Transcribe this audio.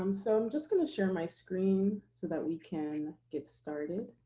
um so i'm just gonna share my screen, so that we can get started.